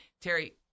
Terry